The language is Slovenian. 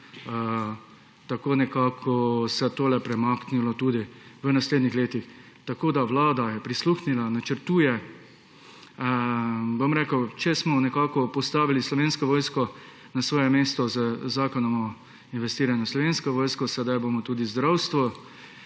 in se bo tole premaknilo v naslednjih letih. Tako da Vlada je prisluhnila, načrtuje. Če smo nekako postavili Slovensko vojsko na svoje mesto z zakonom o investiranju v Slovensko vojsko, bomo sedaj tudi zdravstvo.